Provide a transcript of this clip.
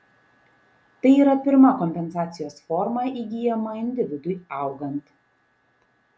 tai yra pirma kompensacijos forma įgyjama individui augant